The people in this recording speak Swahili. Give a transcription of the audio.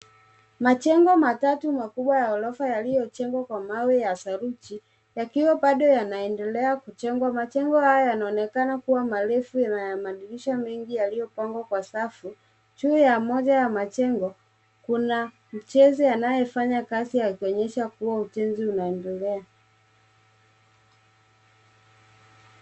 Majengo matatu makubwa ya ghorofa yaliyojengwa kwa mawe ya saruji, yakiwa bado yanaendelea kujengwa. Majengo haya yanaonekana kuwa marefu na yana madirisha mengi yaliyopangwa kwa safu. Juu ya moja ya majengo kuna mjenzi anayefanya kazi akionyesha kuwa ujenzi unaendelea.